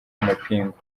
amapingu